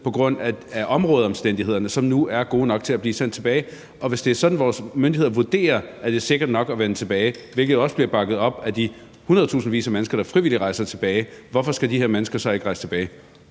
på grund af områdeomstændighederne, som nu er gode nok til, at de bliver sendt tilbage. Og hvis det er sådan, at vores myndigheder vurderer, at det er sikkert nok at vende tilbage, hvilket også bliver bakket op af de hundredtusindvis af mennesker, der frivilligt rejser tilbage, hvorfor skal de her mennesker så ikke rejse tilbage?